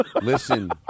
Listen